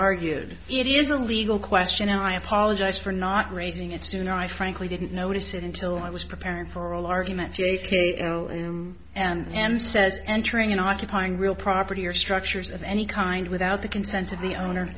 argued it is a legal question and i apologize for not raising it sooner i frankly didn't notice it until i was preparing for all arguments and says entering an occupying real property or structures of any kind without the consent of the owner